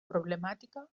problemàtica